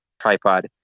tripod